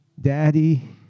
Daddy